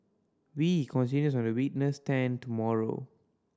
wee continues on the witness stand tomorrow